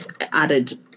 added